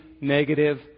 negative